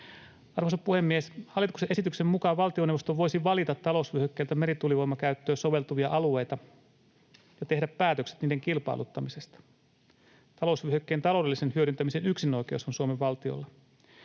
Arvoisa puhemies! Hallituksen esityksen mukaan valtioneuvosto voisi valita talousvyöhykkeeltä merituulivoimakäyttöön soveltuvia alueita ja tehdä päätökset niiden kilpailuttamisesta. Talousvyöhykkeen taloudellisen hyödyntämisen yksinoikeus on Suomen valtiolla.